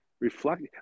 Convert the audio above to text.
Reflect